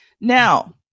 Now